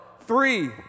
three